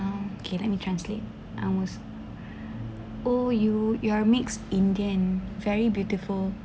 now okay let me translate I was oh you you are mixed indian very beautiful